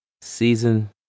Season